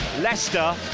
Leicester